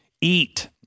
Eat